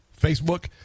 Facebook